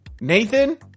Nathan